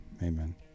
Amen